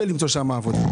וקשה למצוא שם עבודה.